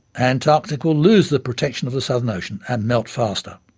antarctica will lose the protection of the southern ocean and melt faster.